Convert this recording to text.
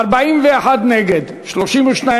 אריאל אטיאס,